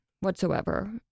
whatsoever